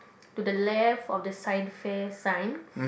to the left science fair sign